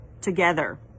together